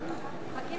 מחכים לך לחוק.